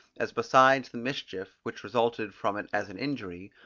as besides the mischief, which resulted from it as an injury,